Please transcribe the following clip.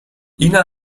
ina